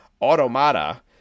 Automata